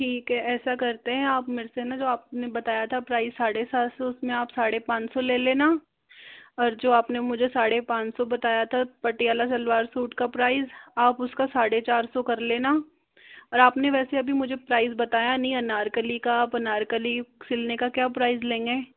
ठीक है ऐसा करते हैं आप मेरे से न जो आपने बताया था प्राइस साढ़े सात सौ उसमें आप साढ़े पाँच सौ ले लेना और जो आपने मुझे साड़े पाँच सौ बताया था पटियाला सलवार सूट का प्राइस आप उसका साढ़े चार सौ कर लेना और आपने वैसे अभी मुझे प्राइस बताया नहीं अनारकली का आप अनारकली सिलने का क्या प्राइस लेंगे